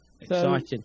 exciting